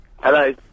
Hello